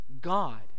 God